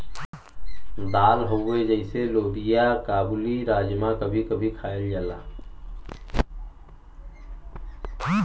दाल हउवे जइसे लोबिआ काबुली, राजमा कभी कभी खायल जाला